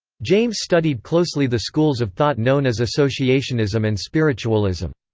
james studied closely the schools of thought known as associationism and spiritualism.